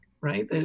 right